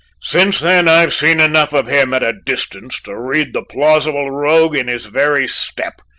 since then i've seen enough of him at a distance to read the plausible rogue in his very step.